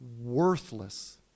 worthless